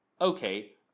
okay